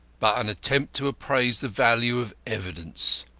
but an attempt to appraise the value of evidence,